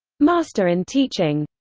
master in teaching